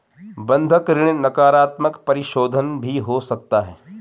बंधक ऋण नकारात्मक परिशोधन भी हो सकता है